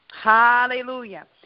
Hallelujah